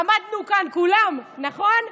עמדנו כאן כולם, נכון?